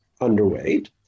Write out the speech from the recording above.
underweight